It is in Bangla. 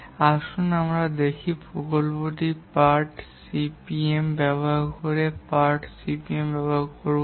এখন আসুন আমরা যে প্রযুক্তিটি পার্ট সিপিএম ব্যবহার করব